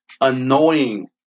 annoying